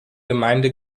gemeinde